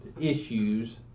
issues